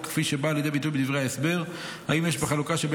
כפי שבאה לידי ביטוי בדברי ההסבר: האם יש בחלוקה שבין